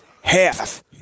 half